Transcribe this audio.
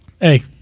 Hey